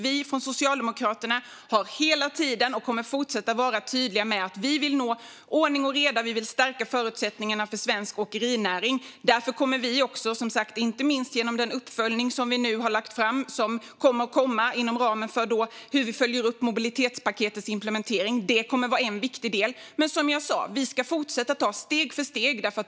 Vi har från Socialdemokraterna hela tiden varit, och kommer att fortsätta vara, tydliga med att vi vill nå ordning och reda och stärka förutsättningarna för svensk åkerinäring. Den uppföljning som vi nu har lagt fram, och som kommer att komma inom ramen för hur vi följer upp mobilitetspaketets implementering, kommer att vara en viktig del. Som jag sa: Vi ska fortsätta att ta steg för steg.